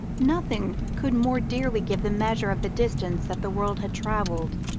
nothing could more dearly give the measure of the distance that the world had travelled.